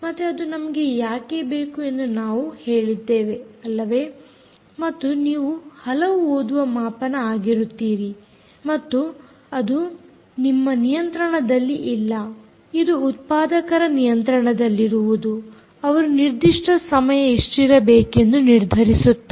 ಮತ್ತೆ ಅದು ನಮಗೆ ಯಾಕೆ ಬೇಕು ಎಂದು ನಾವು ಹೇಳಿದ್ದೇವೆ ಅಲ್ಲವೇ ಮತ್ತು ನೀವು ಹಲವು ಓದುವ ಮಾಪನ ಆಗಿರುತ್ತೀರಿ ಮತ್ತು ಇದು ನಿಮ್ಮ ನಿಯಂತ್ರಣದಲ್ಲಿ ಇಲ್ಲ ಇದು ಉತ್ಪಾದಕರ ನಿಯಂತ್ರಣದಲ್ಲಿರುವುದು ಅವರು ನಿರ್ದಿಷ್ಟ ಸಮಯ ಎಷ್ಟಿರಬೇಕೆಂದು ನಿರ್ಧರಿಸುತ್ತಾರೆ